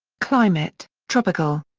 climate tropical.